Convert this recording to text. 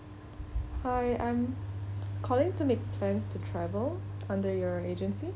hi I'm calling to make plans to travel under your agency